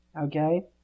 Okay